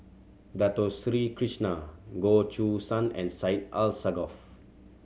Dato Sri Krishna Goh Choo San and Syed Alsagoff